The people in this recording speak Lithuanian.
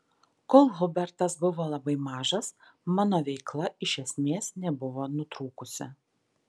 kol hubertas buvo labai mažas mano veikla iš esmės nebuvo nutrūkusi